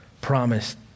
promised